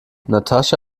natascha